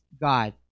God